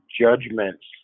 judgments